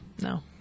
no